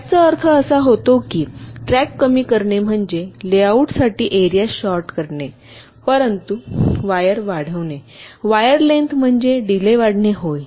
ट्रॅकचा अर्थ असा होतो की ट्रॅक कमी करणे म्हणजे लेआउटसाठी एरिया शॉर्ट करणे परंतु वायर वाढविणे वायर लेन्थ म्हणजे डीले वाढणे होय